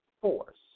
Force